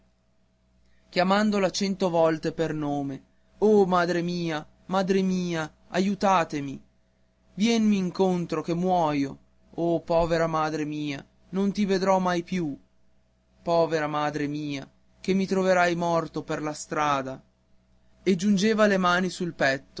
chiamandola cento volte per nome oh mia madre madre mia aiutami vienmi incontro che muoio oh povera madre mia che non ti vedrò mai più povera madre mia che mi troverai morto per la strada e giungeva le mani sul